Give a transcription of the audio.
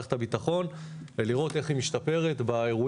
למערכת הביטחון מה ללמוד ולראות איך היא משתפרת באירועים